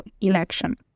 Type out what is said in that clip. election